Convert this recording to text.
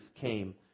came